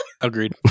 Agreed